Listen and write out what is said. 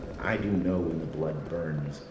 i do know, when the blood burns,